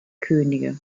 könige